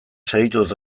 segituz